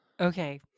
Okay